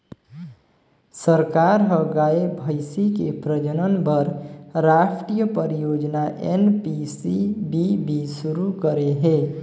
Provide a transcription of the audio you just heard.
सरकार ह गाय, भइसी के प्रजनन बर रास्टीय परियोजना एन.पी.सी.बी.बी सुरू करे हे